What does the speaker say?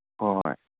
ꯍꯣ ꯍꯣꯏ